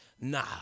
Nah